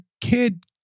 kid